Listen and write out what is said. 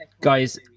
Guys